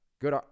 good